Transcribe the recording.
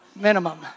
minimum